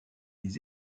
des